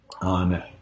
on